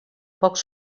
pocs